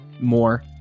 more